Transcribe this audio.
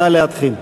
נא להתחיל.